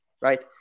right